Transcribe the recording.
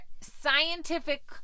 scientific